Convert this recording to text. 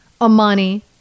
Amani